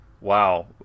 wow